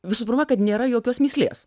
visų pirma kad nėra jokios mįslės